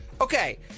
Okay